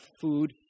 food